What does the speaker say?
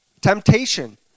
Temptation